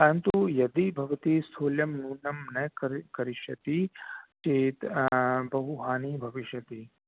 परन्तु यदि भवति स्थूल्यं न्यूनं न न करिष्यति चेत् बहुहानिः भविष्यति